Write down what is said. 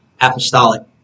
apostolic